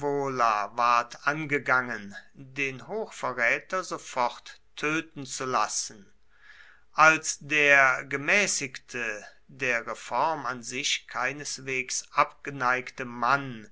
angegangen den hochverräter sofort töten zu lassen als der gemäßigte der reform an sich keineswegs abgeneigte mann